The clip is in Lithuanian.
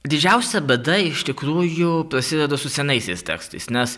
didžiausia bėda iš tikrųjų prasideda su senaisiais tekstais nes